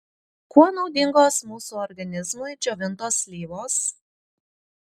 kuo naudingos mūsų organizmui džiovintos slyvos